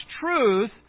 truth